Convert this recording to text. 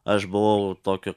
aš buvau tokio